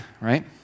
right